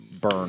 burn